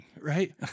right